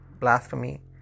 blasphemy